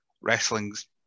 wrestling's